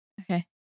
Okay